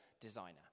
designer